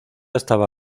estaba